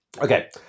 Okay